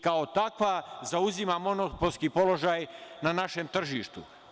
Kao takva, zauzima monopolski položaj na našem tržištu.